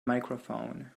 microphone